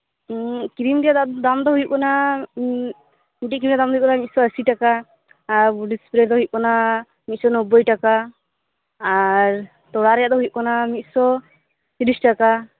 cream ᱨᱮᱭᱟᱜ ᱫᱚ ᱟᱫᱚ ᱫᱟᱢ ᱫᱚ ᱦᱳᱭᱳᱜ ᱠᱟᱱᱟ ᱢᱤᱫᱴᱮᱡ ᱠᱨᱤᱢ ᱨᱮᱭᱟᱜ ᱫᱟᱢᱫᱚ ᱦᱳᱭᱳᱜ ᱠᱟᱱᱟ ᱢᱤᱫᱥᱚ ᱟᱥᱤ ᱴᱟᱠᱟ ᱟᱨ ᱵᱚᱰᱤ ᱥᱯᱨᱮ ᱫᱚ ᱦᱳᱭᱳᱜ ᱠᱟᱱᱟ ᱢᱤᱫᱥᱚ ᱱᱚᱵᱽᱵᱚᱭ ᱴᱟᱠᱟ ᱟᱨ ᱛᱚᱲᱟ ᱨᱮᱭᱟᱜ ᱫᱚ ᱦᱳᱭᱳᱜ ᱠᱟᱱᱟ ᱢᱤᱫ ᱥᱚ ᱛᱨᱤᱥ ᱴᱟᱠᱟ